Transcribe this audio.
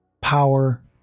power